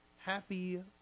Happy